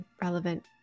relevant